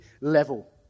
level